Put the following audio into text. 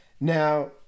Now